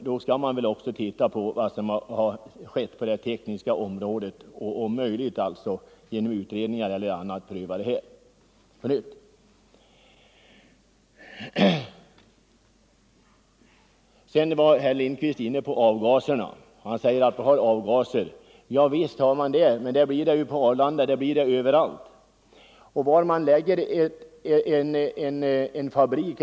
Då kan man också ta hänsyn till vad som har skett på det tekniska området och på nytt pröva frågan i en utredning eller på annat sätt. Herr Lindkvist talade om avgaserna. Det är riktigt att det blir avgaser, men det blir det ju även på Arlanda eller annan plats. Detsamma gäller t.ex. placeringen av en fabrik.